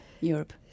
Europe